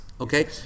Okay